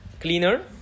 cleaner